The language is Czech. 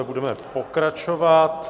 Budeme pokračovat.